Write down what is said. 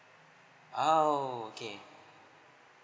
!wow! okay